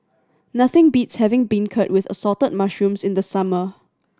nothing beats having beancurd with Assorted Mushrooms in the summer